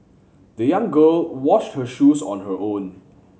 the young girl washed her shoes on her own